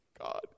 God